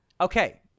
Okay